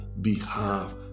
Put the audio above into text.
behalf